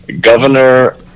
Governor